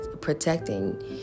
protecting